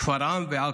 שפרעם ועכו.